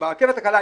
ברכבת הקלה,